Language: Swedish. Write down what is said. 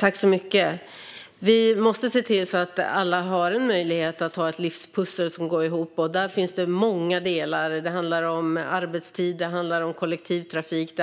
Fru talman! Vi måste se till att alla har möjlighet att ha ett livspussel som går ihop. Där finns det många delar. Det handlar om arbetstid, kollektivtrafik,